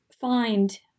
find